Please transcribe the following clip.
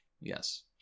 Yes